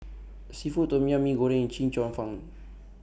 Seafood Tom Yum Mee Goreng Chee Cheong Fun